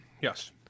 Yes